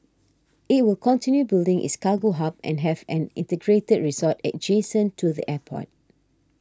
it will continue building its cargo hub and have an integrated resort adjacent to the airport